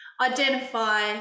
identify